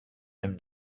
him